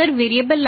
और अगर वेरिएबल